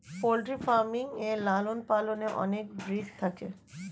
poultry farming এ লালন পালনে অনেক ব্রিড থাকে